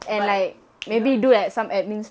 but you know